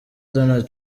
donald